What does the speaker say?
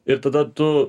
ir tada tu